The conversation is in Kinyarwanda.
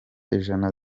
ijana